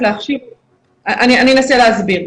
אני אנסה להסביר.